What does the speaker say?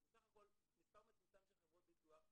בסך הכל מספר מצומצם של חברות ביטוח.